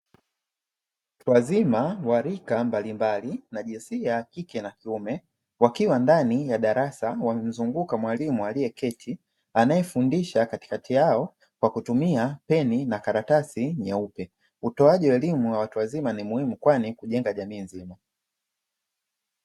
Watu wazima wa rika mbalimbali wa jinsia ya kike na ya kiume, wakiwa ndani ya darasa wamemzunguka mwalimu aliyeketi anayefundisha katikati yao kwa kutumia peni na karatasi nyeupe. Utoaji wa elimu ya watu wazima ni muhimu kwani hujenga jamii nzima.